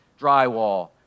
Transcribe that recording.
drywall